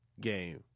game